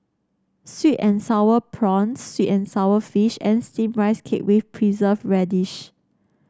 sweet and sour prawns sweet and sour fish and steam Rice Cake with preserve radish